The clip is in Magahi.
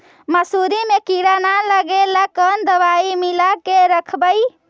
मसुरी मे किड़ा न लगे ल कोन दवाई मिला के रखबई?